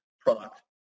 product